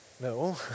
No